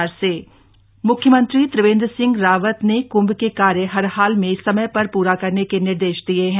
CM Haridwar मुख्यमंत्री त्रिवेन्द्र सिंह रावत ने कृम्भ के कार्य हर हाल में समय पर प्रा करने के निर्देश दिये हैं